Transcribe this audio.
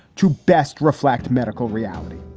to best reflect medical reality.